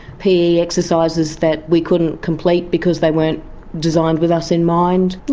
pe exercises that we couldn't complete because they weren't designed with us in mind.